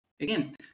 Again